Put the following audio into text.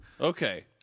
Okay